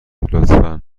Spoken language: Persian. لطفا